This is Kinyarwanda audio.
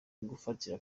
gufatira